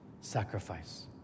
sacrifice